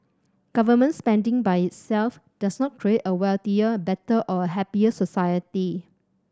government spending by itself does not create a wealthier better or a happier society